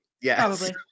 Yes